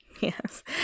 Yes